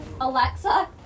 Alexa